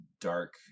dark